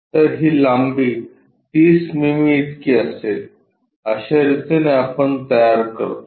तर ही लांबी 30 मिमी इतकी असेल अश्या रितीने आपण तयार करतो